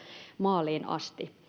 maaliin asti